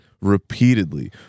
Repeatedly